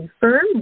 firm